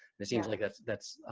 it seems like that's that's